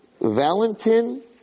Valentin